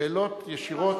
שאלות ישירות.